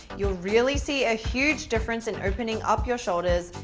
you'll really see a huge difference in opening up your shoulders,